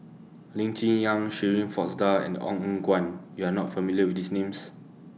Lee Cheng Yan Shirin Fozdar and Ong Eng Guan YOU Are not familiar with These Names